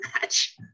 match